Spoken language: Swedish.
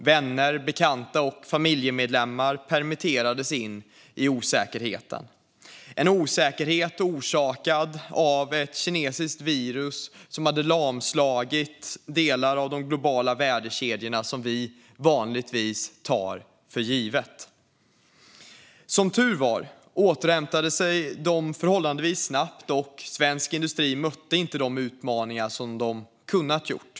Vänner, bekanta och familjemedlemmar permitterades in i osäkerheten - en osäkerhet orsakad av ett kinesiskt virus som hade lamslagit delar av de globala värdekedjor som vi vanligtvis tar för givna. Som tur var återhämtade de sig förhållandevis snabbt, och svensk industri mötte inte de utmaningar som den kunde ha gjort.